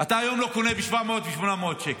אתה היום לא קונה ב-700, 800 שקל,